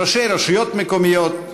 ראשי רשויות מקומיות,